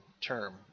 term